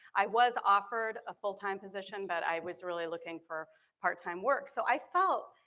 i was offered a full-time position, but i was really looking for part-time work. so i felt,